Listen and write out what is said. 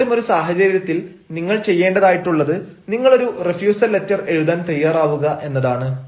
അത്തരമൊരു സാഹചര്യത്തിൽ നിങ്ങൾ ചെയ്യേണ്ടതായിട്ടുള്ളത് നിങ്ങൾ ഒരു റിഫ്യുസൽ ലെറ്റർ എഴുതാൻ തയ്യാറാവുക എന്നതാണ്